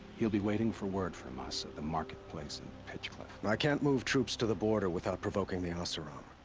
he'll be waiting for word from us at the marketplace in pitchcliff. i can't move troops to the border without provoking the oseram.